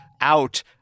out